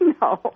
no